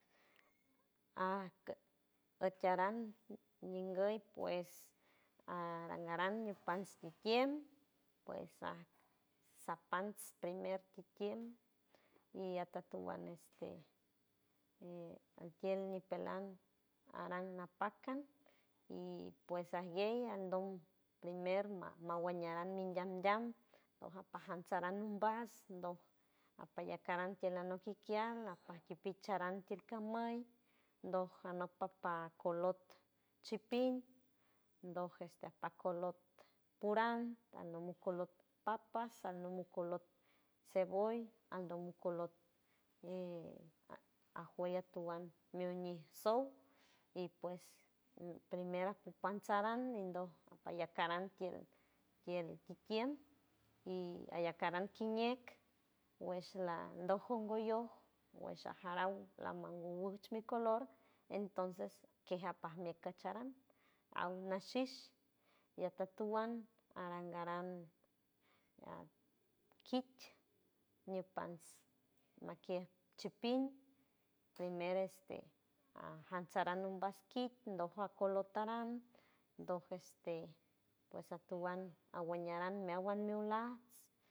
Aj putaran ninguey pues a aran ñipants titiem aj sapants primer titiem y atatuan este altiel ñipelan aran napac an y pues ajguey aldom primer ma- mawan ñaran mi ndiam ndiam pajan saran mbas doj apallac aran tiel anok mi kian napaj tupich aran tiel camüy doj anok papa, colot chipiñ doj este apaj colot puran, almu mi colot papas, almu mi colot ceboll, aldo mi colot eh ajuey atuan mi uñij sow y pues primer apupants saran nindoj apayac acaran tiel tiel titiem y ayacaran kiñek wesh landoj ongolloj wesh ajaraw lamanga wuch mi color entonces kej apajmet kecharan aw nashish y atatuan aran garan akich ñupants nakiej chupiñ, primero este ajants saran ombas kit doj a colot taran doj este pues atuan aweñ aran meawan mi ulajs.